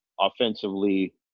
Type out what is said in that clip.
offensively